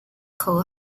coe